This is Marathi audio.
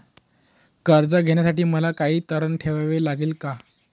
कर्ज घेण्यासाठी मला काही तारण ठेवावे लागेल का?